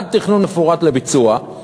עד תכנון מפורט לביצוע,